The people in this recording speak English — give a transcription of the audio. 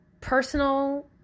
personal